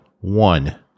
one